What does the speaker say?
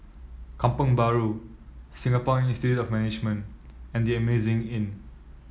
Kampong Bahru Singapore Institute of Management and The Amazing Inn